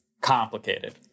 complicated